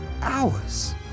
hours